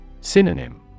Synonym